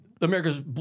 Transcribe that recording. America's